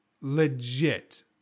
legit